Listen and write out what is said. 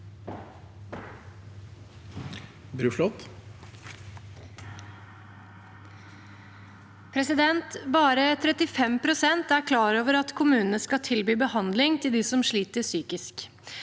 Bare 35 pst. er klar over at kommunene skal tilby behandling til dem som sliter psykisk.